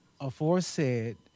aforesaid